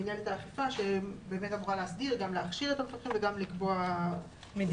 מינהלת האכיפה שאמורה להסדיר וגם לאפשר וגם לקבוע מדיניות.